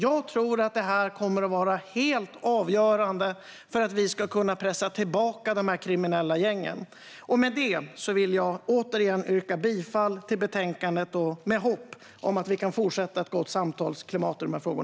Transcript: Jag tror att det här kommer att vara helt avgörande för att vi ska kunna pressa tillbaka de kriminella gängen. Med det vill jag återigen yrka bifall till förslaget med hopp om att vi kan fortsätta ha ett gott samtalsklimat i dessa frågor.